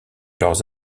leurs